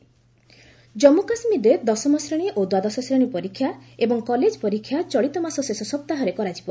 କେକେ examinations Jammu କାଶ୍କୀରରେ ଦଶମ ଶ୍ରେଣୀ ଓ ଦ୍ୱାଦଶ ଶ୍ରେଣୀ ପରୀକ୍ଷା ଏବଂ କଲେଜ ପରୀକ୍ଷା ଚଳିତ ମାସ ଶେଷ ସପ୍ତାହରେ କରାଯିବ